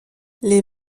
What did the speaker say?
les